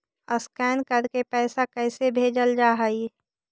Scan करके पैसा कैसे भेजल जा हइ?